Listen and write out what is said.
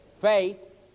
Faith